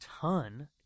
ton